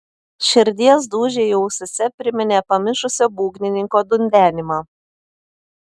širdies dūžiai ausyse priminė pamišusio būgnininko dundenimą